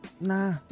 Nah